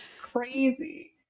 crazy